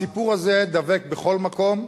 הסיפור הזה דבק בכל מקום,